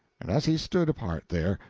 and as he stood apart there,